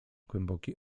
głęboki